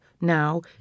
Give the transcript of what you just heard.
now